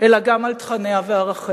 אלא גם על תכניה וערכיה.